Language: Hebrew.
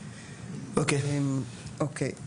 אוקיי.